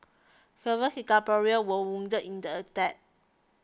several were wounded in the attack